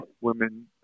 women